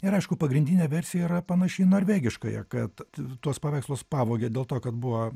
ir aišku pagrindinė versija yra panaši į norvegiškąją kad tuos paveikslus pavogė dėl to kad buvo